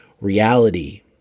reality